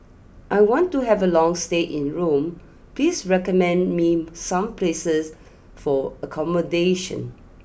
I want to have a long stay in Rome please recommend me some places for accommodation